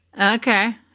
Okay